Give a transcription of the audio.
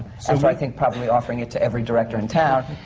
so after, i think, probably offering it to every director in town.